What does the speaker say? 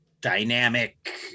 dynamic